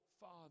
father